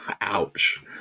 Ouch